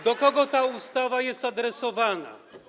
Do kogo ta ustawa jest adresowana?